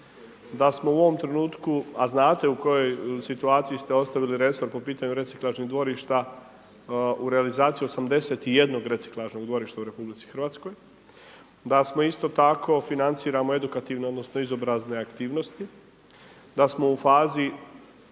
da smo u ovom trenutku, a znate u kojoj situaciji ste ostavili resor po pitanju reciklažnih dvorišta u realizaciji 81 reciklažnog dvorišta u RH. Da smo isto tako financiramo edukativne, odnosno izobrazne aktivnosti, da smo u fazi